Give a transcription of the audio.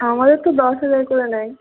আমাদের তো দশ হাজার করে নেয়